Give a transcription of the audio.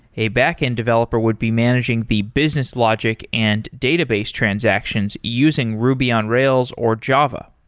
a backend developer would be managing the business logic and database transactions using ruby on rails or java.